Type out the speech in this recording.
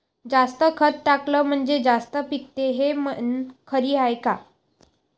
जास्त खत टाकलं म्हनजे जास्त पिकते हे म्हन खरी हाये का?